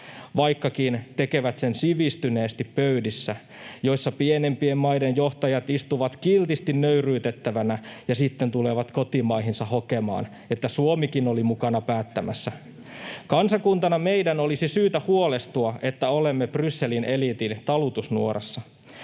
vaikkakin tekevät sen sivistyneesti pöydissä, joissa pienempien maiden johtajat istuvat kiltisti nöyryytettävinä ja sitten tulevat kotimaihinsa hokemaan, että Suomikin oli mukana päättämässä. Kansakuntana meidän olisi syytä huolestua siitä, että olemme Brysselin eliitin talutusnuorassa.